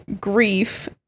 grief